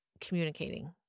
communicating